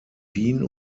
wien